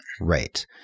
Right